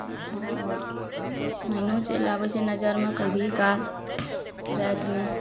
एखन आओर मैनो चलि आबय छै नजरिमे कभी काल रातिमे